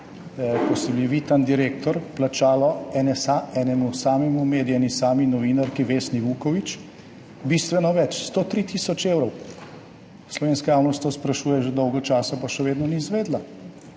ko ste bili vi tam direktor, plačalo enemu samemu mediju, eni sami novinarki, Vesni Vuković, bistveno več, 103 tisoč evrov. Slovenska javnost to sprašuje že dolgo časa, pa še vedno ni izvedla.